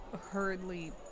hurriedly